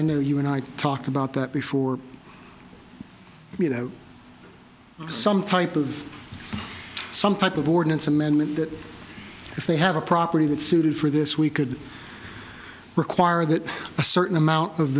new you and i talked about that before we have some type of some type of ordinance amendment that if they have a property that suited for this we could require that a certain amount of